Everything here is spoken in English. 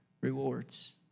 rewards